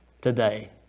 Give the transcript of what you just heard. today